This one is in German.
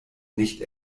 nicht